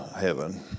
heaven